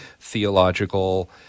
theological